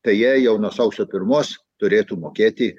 tai jie jau nuo sausio pirmos turėtų mokėti